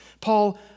Paul